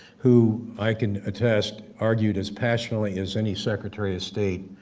who i can attest, argued as passionately as any secretary of state,